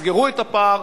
תסגרו את הפער,